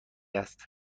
است